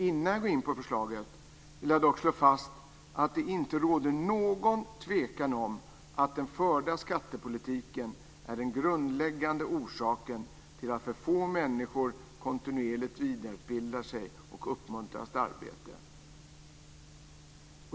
Innan jag går in på förslaget vill jag dock slå fast att det inte råder någon tvekan om att den förda skattepolitiken är den grundläggande orsaken till att för få människor kontinuerligt vidareutbildar sig och uppmuntras till arbete.